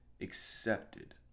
accepted